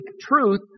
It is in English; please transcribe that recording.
truth